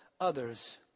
others